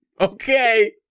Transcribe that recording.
Okay